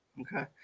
Okay